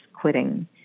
quitting